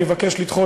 אני אבקש לדחות,